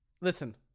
Listen